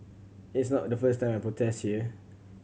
it's not the first time I protest here